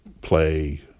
play